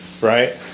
right